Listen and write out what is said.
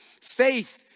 Faith